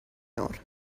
نور